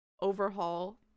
overhaul